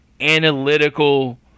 analytical